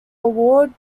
award